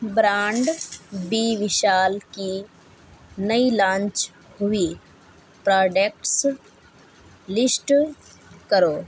brand بی وشال کی نئی لانچ ہوئی پراڈکٹس لسٹ کرو